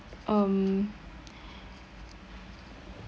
um